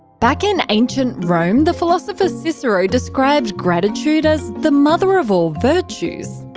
back in ancient rome, the philosopher cicero described gratitude as the mother of all virtues.